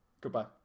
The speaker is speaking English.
goodbye